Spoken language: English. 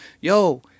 yo